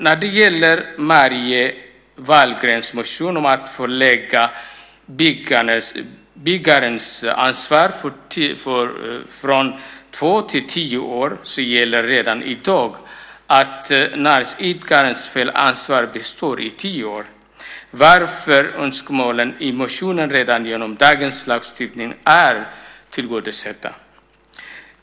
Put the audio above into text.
När det gäller Marie Wahlgrens motion om att förlänga byggarens ansvar från två till tio år så gäller redan i dag att näringsidkares felansvar består i tio år, varför önskemålen i motionen redan genom dagens lagstiftning är tillgodosedda.